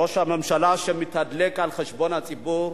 ראש ממשלה שמתדלק על חשבון הציבור,